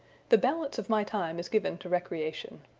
the balance of my time is given to recreation.